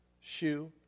shoe